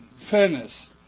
fairness